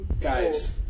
guys